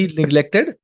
neglected